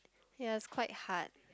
ya it's quite hard